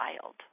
child